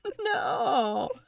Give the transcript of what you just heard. no